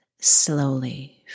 slowly